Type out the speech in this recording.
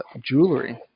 Jewelry